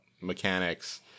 mechanics